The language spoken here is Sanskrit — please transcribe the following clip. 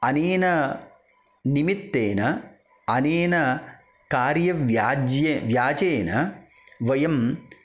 अनेन निमित्तेन अनेन कार्यव्याज्य व्याजेन वयम्